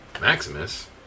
Maximus